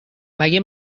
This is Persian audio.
مگه